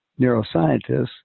neuroscientists